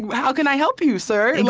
how can i help you, sir?